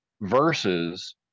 versus